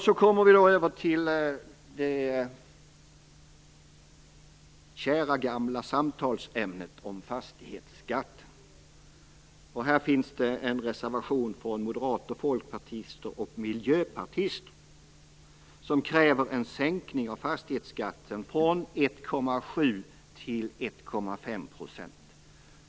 Så kommer vi över på det kära gamla samtalsämnet fastighetsskatten. Om denna finns en reservation från moderater, folkpartister och miljöpartister. De kräver en sänkning av fastighetsskatten från 1,7 % till 1,5 %.